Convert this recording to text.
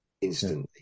instantly